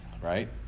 right